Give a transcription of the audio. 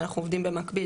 אנחנו עובדים במקביל,